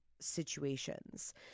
situations